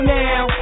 now